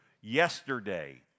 yesterday